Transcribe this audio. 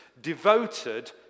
Devoted